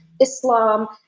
Islam